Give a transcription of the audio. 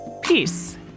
peace